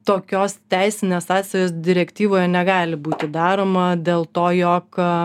tokios teisinės sąsajos direktyvoje negali būti daroma dėl to jog